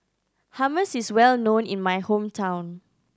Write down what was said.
hummus is well known in my hometown